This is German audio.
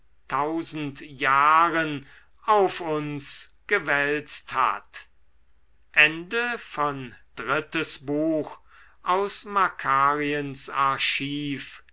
tausend jahren auf uns gewälzt hat